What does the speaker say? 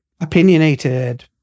opinionated